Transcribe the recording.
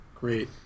Great